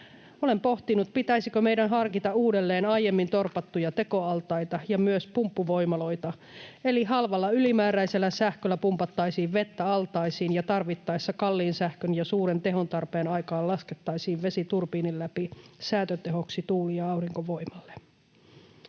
Olen pohtinut, pitäisikö meidän harkita uudelleen aiemmin torpattuja tekoaltaita ja myös pumppuvoimaloita, eli halvalla ylimääräisellä sähköllä pumpattaisiin vettä altaisiin ja tarvittaessa kalliin sähkön ja suuren tehontarpeen aikaan laskettaisiin vesi turbiinin läpi säätötehoksi tuuli- ja aurinkovoimalle.